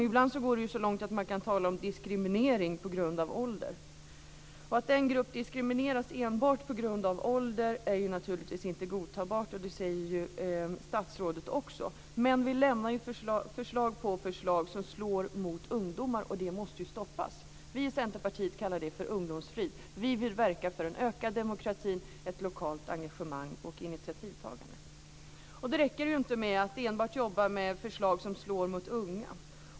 Ibland går det så långt att man kan tala om diskriminering på grund av ålder. Att en grupp diskrimineras enbart på grund av ålder är naturligtvis inte godtagbart. Det säger statsrådet också. Det lämnas förslag på förslag som slår mot ungdomar, och det måste stoppas. Vi i Centerpartiet kallar det ungdomsfrid. Vi vill verka för en ökad demokrati, ett lokalt engagemang och initiativtagande. Det räcker inte att enbart jobba med förslag som slår mot unga.